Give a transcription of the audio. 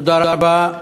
תודה רבה.